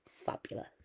Fabulous